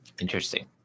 Interesting